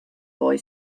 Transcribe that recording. boy